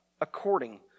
according